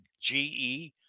ge